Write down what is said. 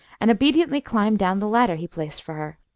and obediently climbed down the ladder he placed for her.